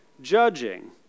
judging